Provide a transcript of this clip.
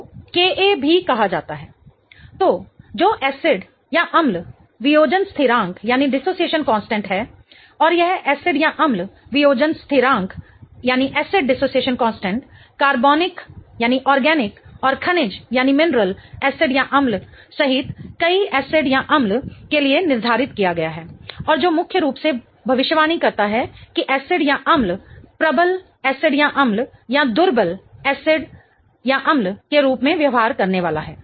Ka Keq H2O Cl H3O HCl तो जो एसिडअम्ल वियोजन स्थिरांक है और यह एसिड अम्ल वियोजन स्थिरांक acid dissociation constant कार्बनिक और खनिज एसिडअम्ल सहित कई एसिडअम्ल के लिए निर्धारित किया गया है और जो मुख्य रूप से भविष्यवाणी करता है किएसिडअम्ल प्रबल एसिडअम्ल या दुर्बल एसिड अम्ल के रूप में व्यवहार करने वाला है